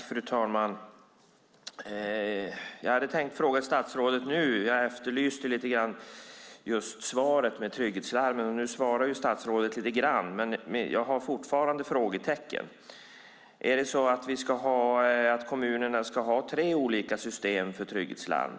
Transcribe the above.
Fru talman! Jag hade tänkt ställa en fråga till statsrådet. Jag efterlyste lite grann svar om trygghetslarmen. Nu svarade statsrådet, men jag har fortfarande frågetecken. Ska kommunerna ha tre olika system för trygghetslarm?